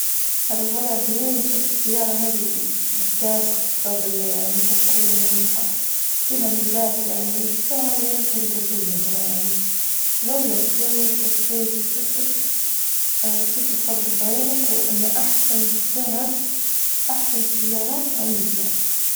لو سمحت ما عليش، وين أجرب مركز شرطة؟ نبي نعرف مكان أجرب مركز شرطة، أنا جديدة هنا في المنطقة، ومش عارفة الحج يعني وين مراكز الشرطة.